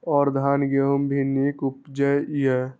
और धान गेहूँ भी निक उपजे ईय?